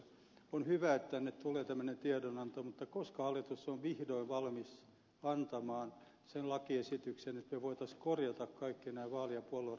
on hyvä että tänne tulee tämmöinen tiedonanto mutta koska hallitus on vihdoin valmis antamaan sen lakiesityksen että me voisimme korjata kaikki nämä vaali ja puoluerahoituksen puutteet